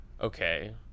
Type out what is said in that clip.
okay